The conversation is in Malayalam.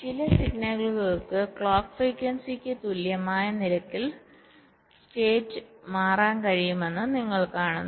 ചില സിഗ്നലുകൾക്ക് ക്ലോക്ക് ഫ്രീക്വൻസിക്ക് clock frequencyതുല്യമായ നിരക്കിൽ സ്റ്റേറ്റ് മാറ്റാൻ കഴിയുമെന്ന് നിങ്ങൾ കാണുന്നു